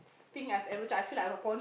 thing I've ever tried I feel like I'm a porn~